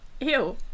Ew